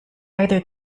either